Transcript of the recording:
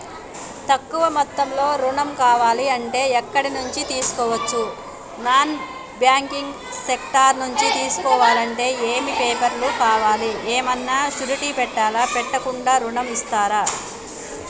తక్కువ మొత్తంలో ఋణం కావాలి అంటే ఎక్కడి నుంచి తీసుకోవచ్చు? నాన్ బ్యాంకింగ్ సెక్టార్ నుంచి తీసుకోవాలంటే ఏమి పేపర్ లు కావాలి? ఏమన్నా షూరిటీ పెట్టాలా? పెట్టకుండా ఋణం ఇస్తరా?